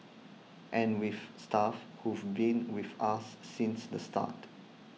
and we've staff who've been with us since the start